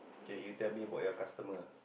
K you tell me about your customer lah